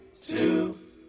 two